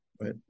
Right